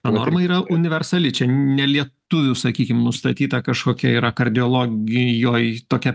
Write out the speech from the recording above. norma yra universali čia ne lietuvių sakykim nustatyta kažkokia yra kardiologijoj tokia